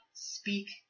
speak